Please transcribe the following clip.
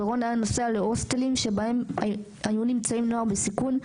ורון היה נוסע להוסטלים שבהם היו נמצאים נוער בסיכון,